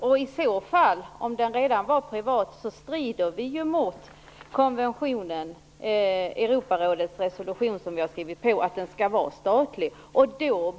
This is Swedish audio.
Men om rättshjälpen redan var privat strider detta mot Europarådets resolution, vilken vi har skrivit på och som handlar om att rättshjälpen skall vara statlig.